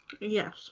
Yes